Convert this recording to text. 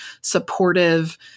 supportive